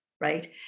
right